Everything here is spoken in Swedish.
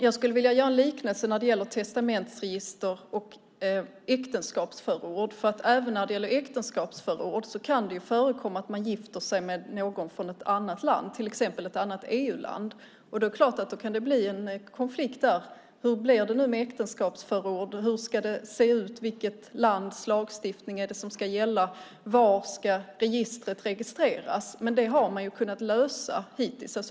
Jag skulle vilja göra en liknelse mellan testamentsregister och äktenskapsförord. Även när det gäller äktenskapsförord kan det nämligen förekomma att man gifter sig med någon från ett annat land, till exempel ett EU-land, och det är klart att det då kan bli en konflikt om hur det blir med äktenskapsförord. Hur ska det se ut? Vilket lands lagstiftning är det som ska gälla? Var ska äktenskapsförordet registreras? Detta har man hittills kunnat lösa.